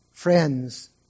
Friends